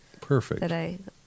Perfect